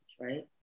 right